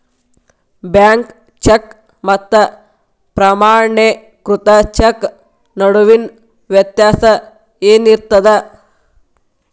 Bank cheque ಮತ್ತ ಪ್ರಮಾಣೇಕೃತ cheque ನಡುವಿನ್ ವ್ಯತ್ಯಾಸ ಏನಿರ್ತದ?